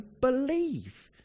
believe